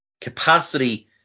capacity